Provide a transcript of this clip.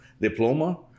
diploma